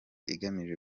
igamije